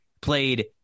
played